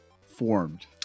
formed